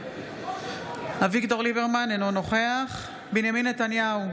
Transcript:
אביגדור ליברמן, אינו נוכח בנימין נתניהו,